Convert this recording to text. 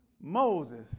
Moses